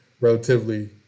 relatively